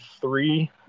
three